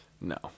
No